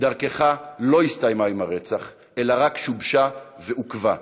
כי דרכך לא הסתיימה עם הרצח אלא רק שובשה ועוכבה,